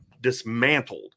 dismantled